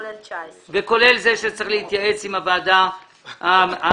כולל סעיף 19. וכולל זה שצריך להתייעץ עם הוועדה המייעצת.